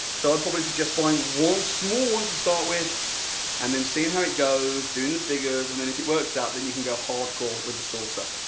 so i'd probably suggest buying one small one to start with and then seeing how it goes, doing the figures. and then if it works out, then you can go hardcore with the sourcer.